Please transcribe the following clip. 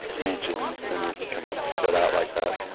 region and it can spread out like that